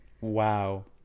Wow